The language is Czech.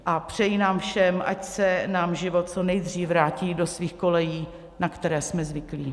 A přeji nám všem, ať se nám život co nejdřív vrátí do svých kolejí, na které jsme zvyklí.